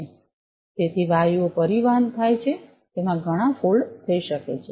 તેથી વાયુઓ પરિવહન થાય છે તેથી તેમાં ઘણા ફોલ્ડ થઈ શકે છે